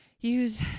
use